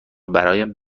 برایم